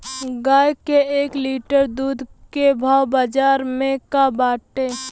गाय के एक लीटर दूध के भाव बाजार में का बाटे?